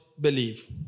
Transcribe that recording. believe